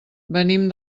venim